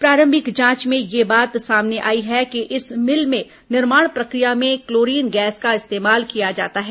प्रारंभिक जांच में यह बात सामने आई है कि इस मिल में निर्माण प्रक्रिया में क्लोरीन गैस का इस्तेमाल किया जाता है